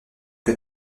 que